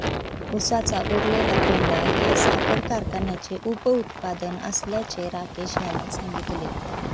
उसाचा उरलेला पेंढा हे साखर कारखान्याचे उपउत्पादन असल्याचे राकेश यांनी सांगितले